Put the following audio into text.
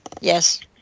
Yes